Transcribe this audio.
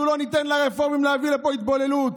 אנחנו לא ניתן לרפורמים להביא לפה התבוללות,